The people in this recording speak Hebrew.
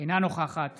אינה נוכחת